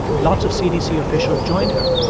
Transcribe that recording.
lots of cdc officials joined her,